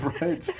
Right